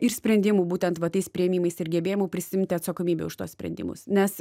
ir sprendimų būtent va tais priėmimais ir gebėjimu prisiimti atsakomybę už tuos sprendimus nes